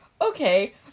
okay